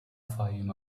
fayoum